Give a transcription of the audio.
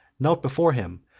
knelt before him,